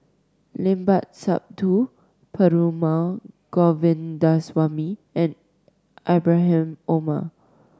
Limat Sabtu Perumal Govindaswamy and Ibrahim Omar